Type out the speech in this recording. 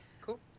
cool